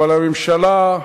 אבל הממשלה,